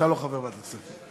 אתה לא חבר ועדת הכספים,